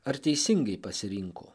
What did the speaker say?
ar teisingai pasirinko